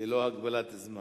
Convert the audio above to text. ללא הגבלת זמן.